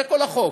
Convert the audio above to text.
זה כל החוק.